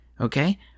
Okay